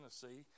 Tennessee